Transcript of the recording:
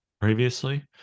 previously